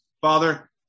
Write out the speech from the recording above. Father